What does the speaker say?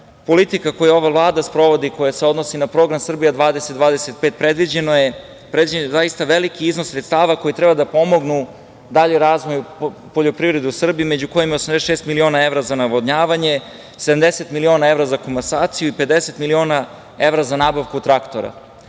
politika koju ova Vlada sprovodi i koja se odnosi na program „Srbija 20-25“, predviđen je zaista veliki iznos sredstava koji treba da pomogne dalji razvoj poljoprivrede u Srbiji, među kojima je 86 miliona evra za navodnjavanje, 70 miliona evra za komasaciju i 50 miliona evra za nabavku traktora.